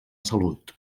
salut